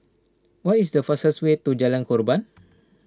what is the fastest way to Jalan Korban